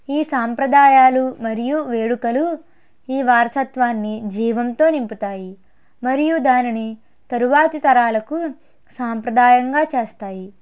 ఈ సాంప్రదాయాలు మరియు వేడుకలు ఈ వారసత్వాన్ని జీవంతో నింపుతాయి మరియు దానిని తరువాతి తరాలకు సాంప్రదాయంగా చేస్తాయి